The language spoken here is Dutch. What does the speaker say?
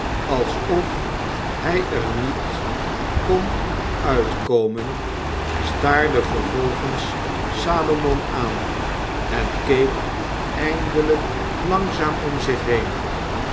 alsof hij er niet kon uitkomen staarde vervolgens salomon aan en keek eindelijk langzaam om zich heen